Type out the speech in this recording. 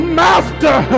master